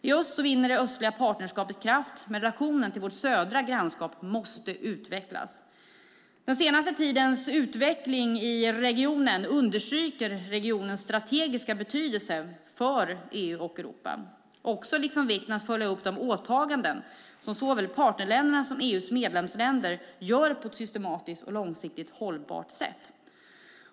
I öst vinner det östliga partnerskapet kraft, men relationen till vårt södra grannskap måste utvecklas. Den senaste tidens utveckling i regionen understryker regionens strategiska betydelse för EU och Europa liksom vikten av att följa upp de åtaganden som såväl partnerländerna som EU:s medlemsländer gör på ett systematiskt och långsiktigt hållbart sätt.